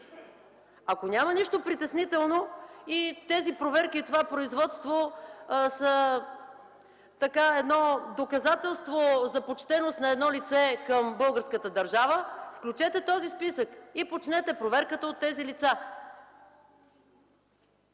Ако няма нищо притеснително и тези проверки, това производство са доказателство за почтеност на едно лице към българската държава, включете този списък и почнете проверката от тези лица.